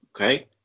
okay